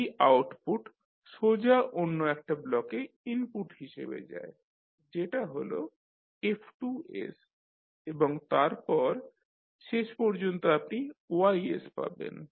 এই আউটপুট সোজা অন্য একটা ব্লকে ইনপুট হিসাবে যায় যেটা হল F2 এবং তারপর শেষ পর্যন্ত আপনি Y পাবেন